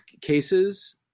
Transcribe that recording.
cases